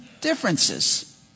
differences